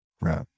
Right